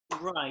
right